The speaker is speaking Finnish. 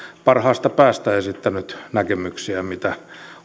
parhaasta päästä esittänyt näkemyksiä mitä